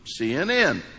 CNN